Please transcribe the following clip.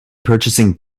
purchasing